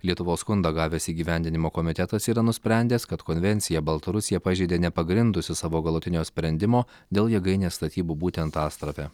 lietuvos skundą gavęs įgyvendinimo komitetas yra nusprendęs kad konvenciją baltarusija pažeidė nepagrindusi savo galutinio sprendimo dėl jėgainės statybų būtent astrave